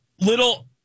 little